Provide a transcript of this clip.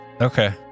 Okay